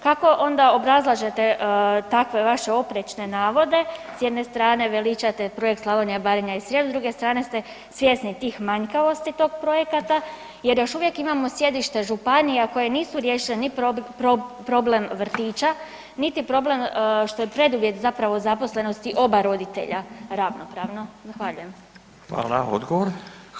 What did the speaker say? Kako onda obrazlažete takve vaše oprečne navode, s jedne strane veličate projekt Slavonija, Branja i Srijem, s druge strane ste svjesni te manjkavosti tog projekta jer još uvijek imamo sjedišta županija koje nisu riješile ni problem vrtića, niti problem što je preduvjet zapravo zaposlenosti oba roditelja ravnopravno?